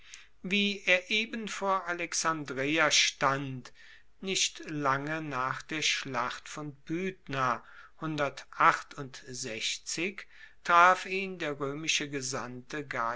wie er eben vor alexandreia stand nicht lange nach der schlacht von pydna traf ihn der roemische gesandte gaius